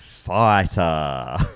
Fighter